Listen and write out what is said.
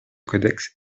codex